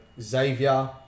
Xavier